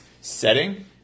setting